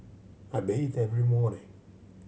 I bathe every morning